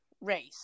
race